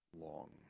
long